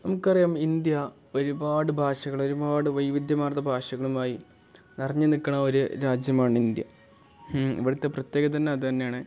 നമുക്ക് അറിയാം ഇന്ത്യ ഒരുപാട് ഭാഷകൾ ഒരുപാട് വൈവിധ്യമാർന്ന ഭാഷകളുമായി നിറഞ്ഞ് നിൽക്കുന്ന ഒരു രാജ്യമാണ് ഇന്ത്യ ഇവിടുത്തെ പ്രത്യേക തന്നെ അത് തന്നാണ്